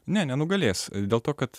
ne nenugalės dėl to kad